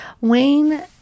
Wayne